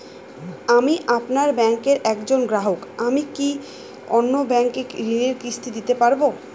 আমি আপনার ব্যাঙ্কের একজন গ্রাহক আমি কি অন্য ব্যাঙ্কে ঋণের কিস্তি দিতে পারবো?